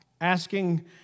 Asking